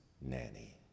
nanny